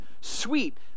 sweet